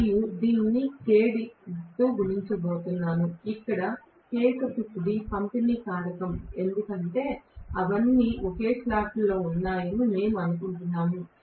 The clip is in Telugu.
మరియు నేను దీనిని Kd తో గుణించబోతున్నాను ఇక్కడ Kd పంపిణీ కారకం ఎందుకంటే అవన్నీ ఒకే స్లాట్లో ఉన్నాయని మేము అనుకుంటాము